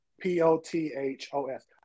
P-O-T-H-O-S